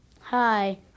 Hi